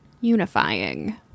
unifying